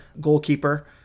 goalkeeper